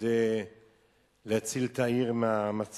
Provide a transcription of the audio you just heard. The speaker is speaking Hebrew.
כדי להציל את העיר מהמצב